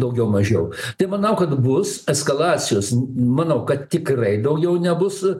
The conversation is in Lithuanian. daugiau mažiau tai manau kad bus eskalacijos manau kad tikrai daugiau nebus